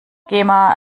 gema